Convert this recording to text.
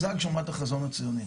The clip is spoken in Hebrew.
זאת הגשמת החזון הציוני.